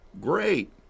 Great